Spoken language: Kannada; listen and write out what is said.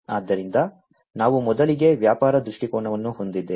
ಆದ್ದರಿಂದ ನಾವು ಮೊದಲಿಗೆ ವ್ಯಾಪಾರ ದೃಷ್ಟಿಕೋನವನ್ನು ಹೊಂದಿದ್ದೇವೆ